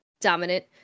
dominant